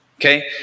Okay